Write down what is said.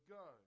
go